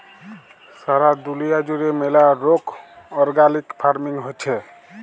সারা দুলিয়া জুড়ে ম্যালা রোক অর্গ্যালিক ফার্মিং হচ্যে